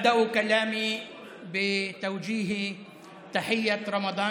(אומר בערבית: בתחילת דבריי אברך בברכת רמדאן